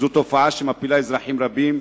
זו תופעה שמפילה אזרחים רבים,